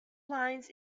lines